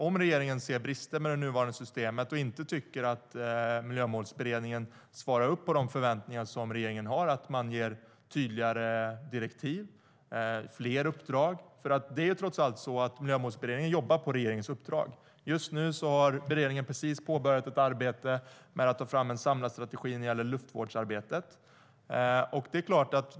Om regeringen ser brister med det nuvarande systemet och inte tycker att Miljömålsberedningen svarar upp mot de förväntningar regeringen har tycker jag att det kanske vore en mer naturlig ordning att ge tydligare direktiv och fler uppdrag. Det är nämligen trots allt så att Miljömålsberedningen jobbar på regeringens uppdrag. Just nu har beredningen precis påbörjat ett arbete med att ta fram en samlad strategi för luftvårdsarbetet.